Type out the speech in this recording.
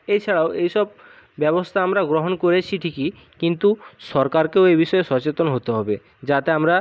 এছাড়াও এই সব ব্যবস্তা আমরা গ্রহণ করেছি ঠিকই কিন্তু সরকারকেও এই বিষয়ে সচেতন হতে হবে যাতে আমরা